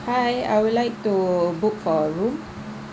hi I would like to book for a room